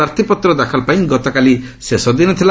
ପ୍ରାର୍ଥୀପତ୍ର ଦାଖଲ ପାଇଁ ଗତକାଲି ଶେଷଦିନ ଥିଲା